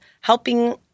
helping